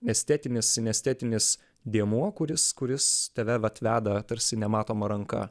estetinis sinestetinis dėmuo kuris kuris tave vat veda tarsi nematoma ranka